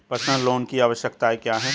Personal loan की आवश्यकताएं क्या हैं?